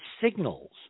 signals